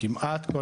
כמעט כל